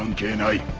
gain weight.